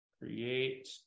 create